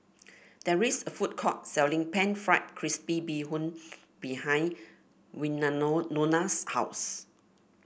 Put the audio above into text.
there is a food court selling pan fried crispy Bee Hoon behind Wynano Nona's house